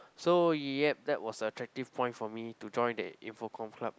so yup that was a attractive point for me to join the info comm club